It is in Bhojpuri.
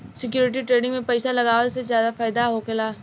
सिक्योरिटी ट्रेडिंग में पइसा लगावला से फायदा होखेला